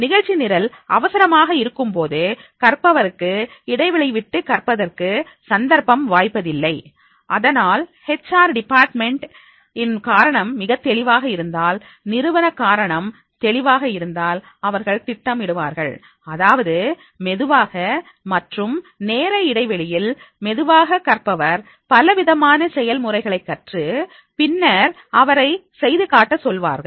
நிகழ்ச்சி நிரல் அவசரமாக இருக்கும்போது கற்பவருக்கு இடைவெளிவிட்டு கற்பதற்கு சந்தர்ப்பம் வாய்ப்பதில்லை அதனால் ஹெச் ஆர் டிபார்ட்மென்ட் இன் காரணம் மிகத் தெளிவாக இருந்தால் நிறுவன காரணம் தெளிவாக இருந்தால் அவர்கள் திட்டம் இடுவார்கள் அதாவது மெதுவாக மற்றும் நேர இடைவெளியில் மெதுவாக கற்பவர் பலவிதமான செயல்முறைகளை கற்று பின்னர் அவரை செய்து காட்ட சொல்வார்கள்